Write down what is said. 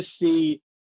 see